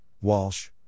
Walsh